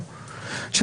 להצביע?